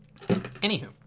Anywho